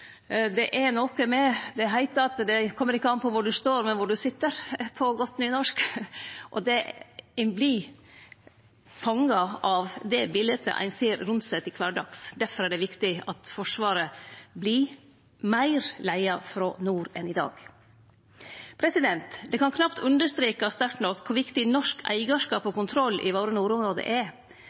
kommer ikke an på hvor du står, men hvor du sitter», heiter det på god nynorsk. Og ein vert fanga av det biletet ein ser rundt seg kvar dag. Difor er det viktig at Forsvaret vert meir leia frå nord enn i dag. Det kan knapt understrekast sterkt nok kor viktig norsk eigarskap og kontroll i våre nordområde er.